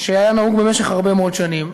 שהיה נהוג במשך הרבה מאוד שנים.